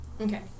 Okay